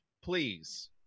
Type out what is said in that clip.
please